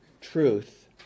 truth